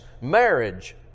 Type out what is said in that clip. marriage